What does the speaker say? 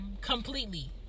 completely